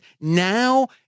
now